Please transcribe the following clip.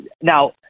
now